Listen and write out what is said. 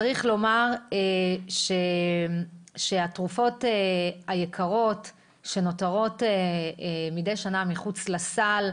צריך לומר שהתרופות היקרות שנותרות מדי שנה מחוץ לסל,